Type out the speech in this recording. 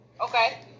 okay